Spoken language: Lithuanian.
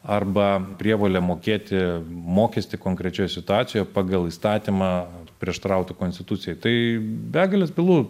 arba prievolė mokėti mokestį konkrečioj situacijoje pagal įstatymą prieštarautų konstitucijai tai begales bylų